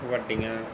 ਵੱਡੀਆਂ